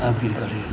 अभी करै